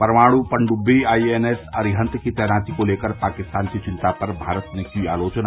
परमाणु पनडुब्बी आईएनएस अरिहंत की तैनाती को लेकर पाकिस्तान की चिंता पर भारत ने की आलोचना